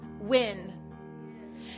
win